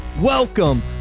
welcome